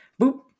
Boop